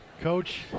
Coach